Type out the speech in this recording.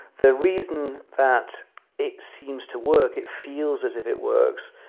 the reason that it seems to work, it feels as if it works,